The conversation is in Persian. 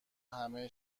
همه